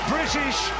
British